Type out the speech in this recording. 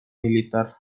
militar